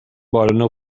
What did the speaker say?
بالن